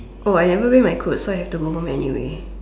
I never bring my clothes so I have to go home anyway